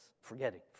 forgetting